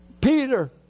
Peter